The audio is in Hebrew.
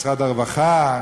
משרד הרווחה,